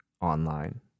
online